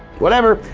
whatever,